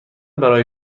برای